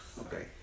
Okay